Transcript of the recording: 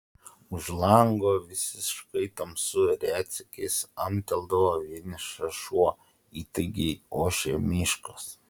už lango visiškai tamsu retsykiais amteldavo vienišas šuo įtaigiai ošė miškas